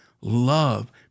love